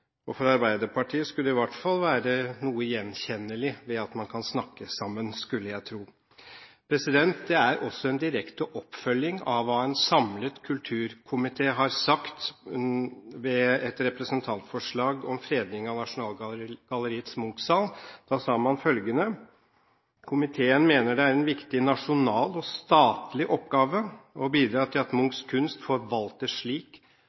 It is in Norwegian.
verdener. For Arbeiderpartiet skulle det i hvert fall være noe gjenkjennelig i at man kan snakke sammen, skulle jeg tro. Det er også en direkte oppfølging av hva en samlet kulturkomité har sagt ved behandlingen av et representantforslag om fredning av Nasjonalgalleriets Munch-sal. Da sa man følgende: «Komiteen mener det er en viktig nasjonal og statlig oppgave å bidra til at Munchs kunst forvaltes slik